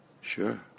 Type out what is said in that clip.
Sure